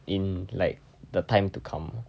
in like the time to come